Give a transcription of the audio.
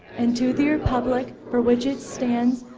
and to the republic for which it stands,